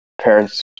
parents